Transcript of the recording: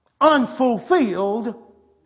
unfulfilled